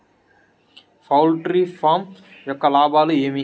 poultry farm యొక్క లాభాలు ఏమి